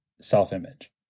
self-image